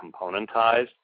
componentized